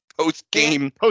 post-game